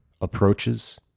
approaches